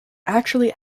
actually